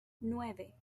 nueve